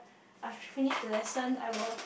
I finish the lesson I will